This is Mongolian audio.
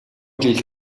жил